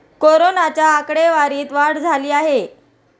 कोरोनाच्या आकडेवारीत वाढ झाली आहे